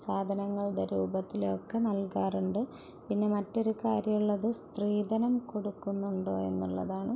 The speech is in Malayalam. സാധനങ്ങളുടെ രൂപത്തിലോ ഒക്കെ നല്കാറുണ്ട് പിന്നെ മറ്റൊരു കാര്യമുള്ളത് സ്ത്രീധനം കൊടുക്കുന്നുണ്ടോ എന്നുള്ളതാണ്